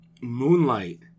Moonlight